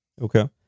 Okay